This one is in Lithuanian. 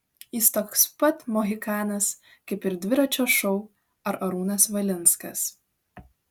jis toks pat mohikanas kaip ir dviračio šou ar arūnas valinskas